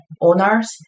owners